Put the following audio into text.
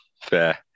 Fair